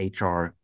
HR